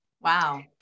Wow